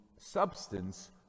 substance